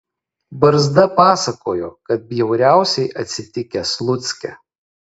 barzda pasakojo kad bjauriausiai atsitikę slucke